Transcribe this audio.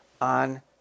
on